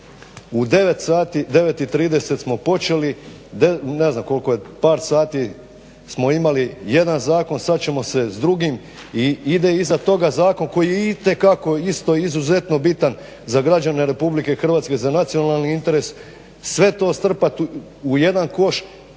u 9,30 smo počeli ne znam koliko je par sati smo imali jedan zakon, sada ćemo se s drugim. I ide iza toga zakon koji je itekako isto izuzetno bitan za građane RH za nacionalni interes. Sve to strpati u jedan koš.